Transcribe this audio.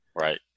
right